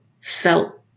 felt